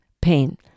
pain